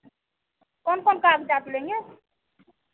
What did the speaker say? कौन कौन कागज़ आप लेंगे